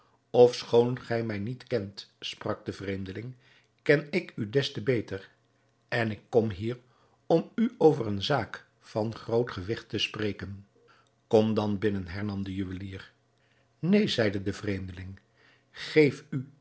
ofschoon gij mij niet kent sprak de vreemdeling ken ik u des te beter en ik kom hier om u over een zaak van groot gewigt te spreken kom dan binnen hernam de juwelier neen zeide de vreemdeling geef u